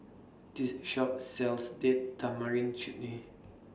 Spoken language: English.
This Shop sells Date Tamarind Chutney